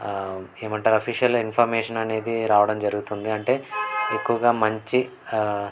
ఏమంటారు official information అనేది రావడం జరుగుతుంది అంటే ఎక్కువగా మంచి